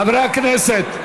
חברי הכנסת.